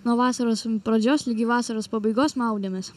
nuo vasaros pradžios ligi vasaros pabaigos maudėmės